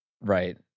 right